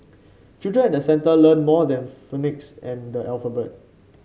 children at the centre learn more than phonics and the alphabet